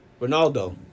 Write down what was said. Ronaldo